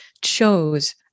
chose